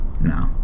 No